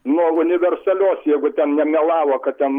nuo universalios jeigu ten nemelavo kad ten